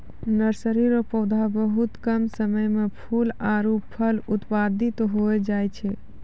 nursery रो पौधा बहुत कम समय मे फूल आरु फल उत्पादित होय जाय छै